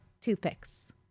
Toothpicks